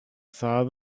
saw